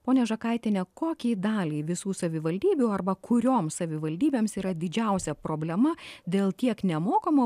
ponia žakaitiene kokiai daliai visų savivaldybių arba kuriom savivaldybėms yra didžiausia problema dėl tiek nemokamo